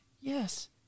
Yes